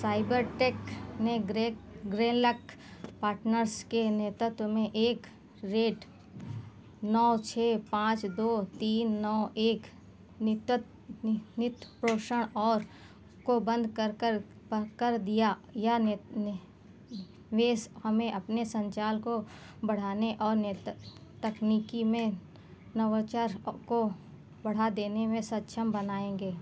Cybertech ने ग्रेक Greylock partners के नेतृत्व में एक रेट नौ छः पाँच दो तीन नौ एक नेतृत्व नित पोषण और को बंद कर कर कर दिया यह नि निवेश हमें अपने संचालन को बढ़ाने और नेत तकनीकी में नवाचार को बढ़ा देने में सक्षम बनाएँगे